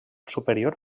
superior